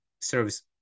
serves